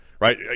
right